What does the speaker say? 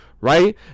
right